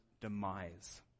demise